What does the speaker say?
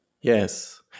Yes